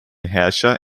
herrscher